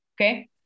okay